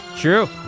True